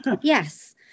Yes